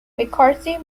mccarthy